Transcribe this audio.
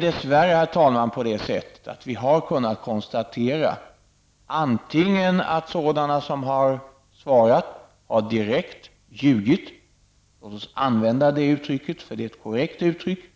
Dess värre, herr talman, har vi kunnat konstatera att antingen har sådana som har svarat direkt ljugit -- låt oss använda det uttrycket, för det är ett korrekt uttryck --